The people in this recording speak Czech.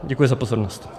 Děkuji za pozornost.